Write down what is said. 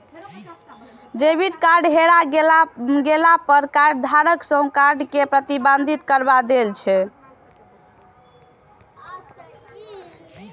debit card हेरा गेला पर कार्डधारक स्वयं कार्ड कें प्रतिबंधित करबा दै छै